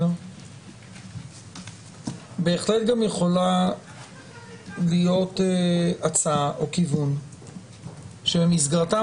בהחלט גם יכולים להיות הצעה או כיוון שבמסגרתם